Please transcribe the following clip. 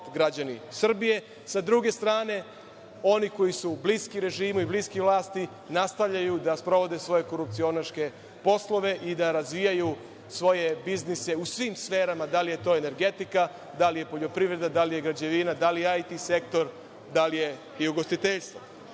građani Srbije. Sa druge strane, oni koji su bliski režimu i bliski vlasti nastavljaju da sprovode svoje korupcionaške poslove i da razvijaju svoje biznise u svim sferama, da li je to energetika, da li je poljoprivreda, da li građevina, da li IT sektor i ugostiteljstvo. Što